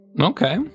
Okay